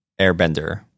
airbender